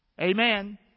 Amen